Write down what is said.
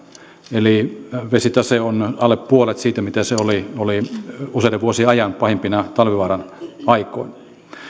eli vesitase on alle puolet siitä mitä se oli oli useiden vuosien ajan pahimpina talvivaaran aikoina